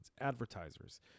advertisers